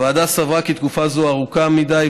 הוועדה סברה כי תקופה זו ארוכה מדי,